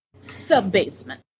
sub-basement